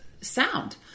sound